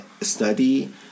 study